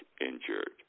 injured